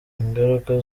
ingaruka